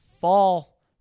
fall